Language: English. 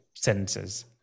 sentences